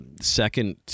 second